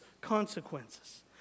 consequences